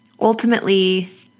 ultimately